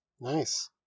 Nice